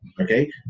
Okay